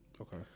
Okay